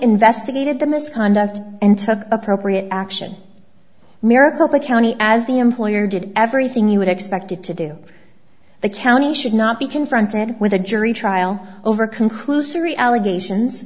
investigated the misconduct and took appropriate action maricopa county as the employer did everything you would expected to do the county should not be confronted with a jury trial over conclusory allegations